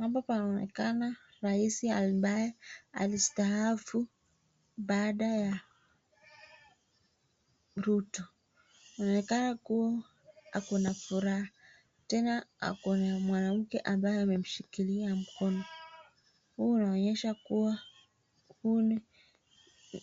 Hapa panaonekana rais ambaye alistaafu baada ya Ruto. Anaonekana kuwa akona furaha. Tena akona mwanamke ambaye amemshikilia mkono. Huu unaonyesha kuwa huu